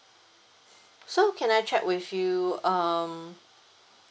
so can I check with you um